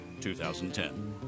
2010